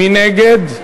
מי נגד?